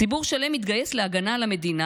ציבור שלם התגייס להגנה על המדינה,